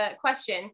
question